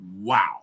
Wow